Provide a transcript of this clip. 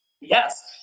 Yes